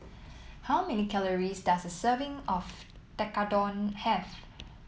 how many calories does a serving of Tekkadon have